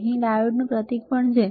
અહીં ડાયોડનું પ્રતીક પણ છે